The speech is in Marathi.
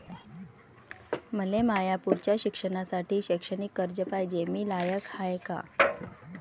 मले माया पुढच्या शिक्षणासाठी शैक्षणिक कर्ज पायजे, मी लायक हाय का?